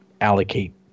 allocate